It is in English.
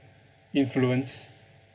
influence